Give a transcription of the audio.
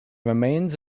remains